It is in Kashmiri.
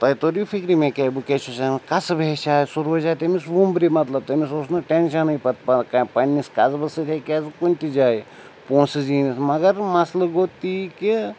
تۄہہِ توٚریہِ فِکرٕ مےٚ کیٛاہ بہٕ کیٛاہ چھُس کَسٕب ہیٚچھِ ہا سُہ روزِ ہا تٔمِس وُمرِ مطلب تٔمِس اوس نہٕ ٹٮ۪نشَنٕے پَتہٕ کانٛہہ پنٛنِس کسبہٕ سۭتۍ ہیٚکہِ ہا سُہ کُنہِ تہِ جایہِ پونٛسہٕ زیٖنِتھ مگر مسلہٕ گوٚو تی کہِ